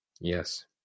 Yes